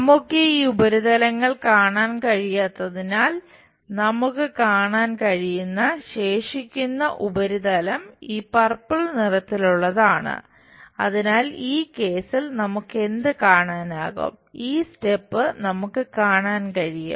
നമുക്ക് ഈ ഉപരിതലങ്ങൾ കാണാൻ കഴിയാത്തതിനാൽ നമുക്ക് കാണാൻ കഴിയുന്ന ശേഷിക്കുന്ന ഉപരിതലം ഈ പർപ്പിൾ നമുക്ക് കാണാൻ കഴിയും